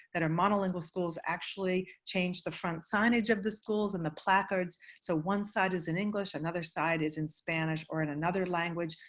that are monolingual schools, actually change the front signage of the schools and the placards so one side is in english, another side is in spanish, or in another language.